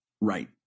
Right